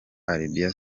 arabia